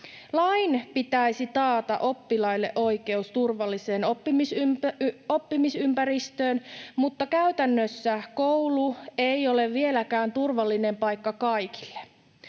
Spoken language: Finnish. Lain pitäisi taata oppilaille oikeus turvalliseen oppimisympäristöön, mutta käytännössä koulu ei ole vieläkään turvallinen paikka kaikille.